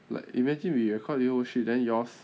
like imagine we record this oh shit then yours